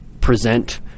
present